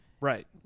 Right